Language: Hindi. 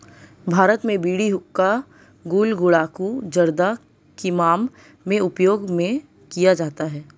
भारत में बीड़ी हुक्का गुल गुड़ाकु जर्दा किमाम में उपयोग में किया जाता है